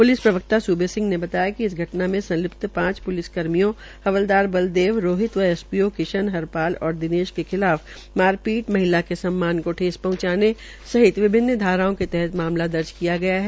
police प्रवक्ता सूबे सिंह ने बताया कि इस घटना में संल्पित पांच पूलिस कर्मियों हवलदार बलदेव रोहित व एसपीओ किशन हरपाल और दिनेश के खिलाफ मारपीट महिला क सम्मान को ठेस पहंचाने सहित विभिन्न धाराओं के तहत मामला दर्ज किया गया है